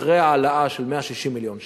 אחרי ההעלאה של 160 מיליון שקל,